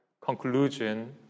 conclusion